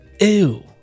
Ew